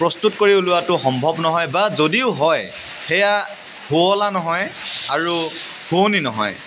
প্ৰস্তুত কৰি উলিওৱাটো সম্ভৱ নহয় বা যদিও হয় সেয়া সুৱলা নহয় আৰু শুৱনি নহয়